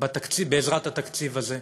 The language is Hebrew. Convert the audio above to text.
בעזרת התקציב הזה.